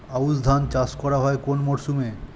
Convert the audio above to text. আউশ ধান চাষ করা হয় কোন মরশুমে?